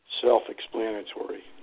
self-explanatory